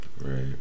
right